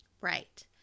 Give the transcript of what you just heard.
Right